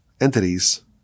entities